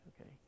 okay